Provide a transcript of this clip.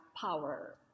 power